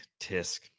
tisk